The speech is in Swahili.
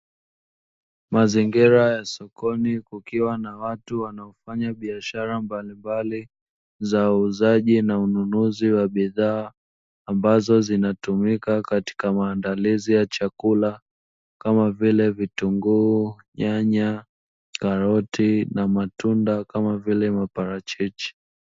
Mazingira ya sokoni kukiwa na watu wanaofanya biashara mbalimbali za uuzaji na ununuzi wa bidhaa ambazo zinatumika katika maandalizi ya chakula, kama vile: vitunguu, nyanya, karoti na matunda kama vile maparachichi.